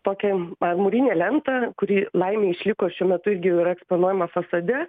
tokią mūrinę lentą kuri laimei išliko šiuo metu irgi yra eksponuojama fasade